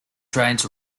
trains